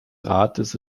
rates